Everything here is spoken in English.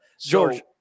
George